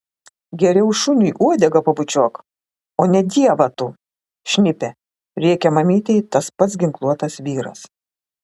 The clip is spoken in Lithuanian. geriau šuniui uodegą pabučiuok o ne dievą tu šnipe rėkė mamytei tas pats ginkluotas vyras